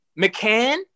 McCann